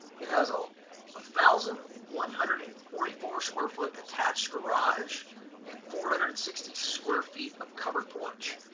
it has a one ah thousand one hundred and forty four square foot attached garage and four hundred and sixty square feet of covered porch.